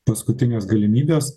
paskutinės galimybės